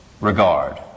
regard